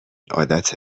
عادت